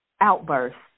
outbursts